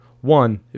one